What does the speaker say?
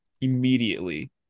immediately